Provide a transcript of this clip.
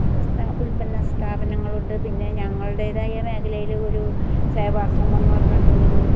ഉൽപ്പന്ന സ്ഥാപനങ്ങളുണ്ട് പിന്നെ ഞങ്ങളുടേതായ മേഖലയിൽ ഒരു സേവാശ്രമം എന്ന് പറഞ്ഞിട്ട് ഒരു